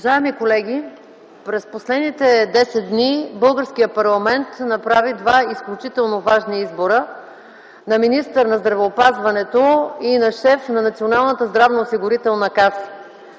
Уважаеми колеги, през последните 10 дни българският парламент направи два изключително важни избора – на министър на здравеопазването и на шеф на Националната здравноосигурителна каса.